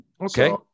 okay